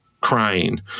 crying